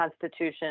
constitution